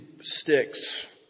sticks